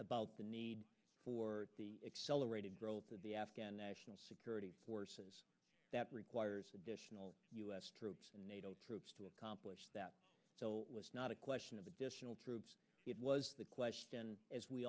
about the need for the accelerated growth of the afghan national security forces that requires additional u s troops and nato troops to accomplish that so it was not a question of additional troops it was the question as we